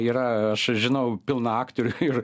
yra aš žinau pilna aktorių ir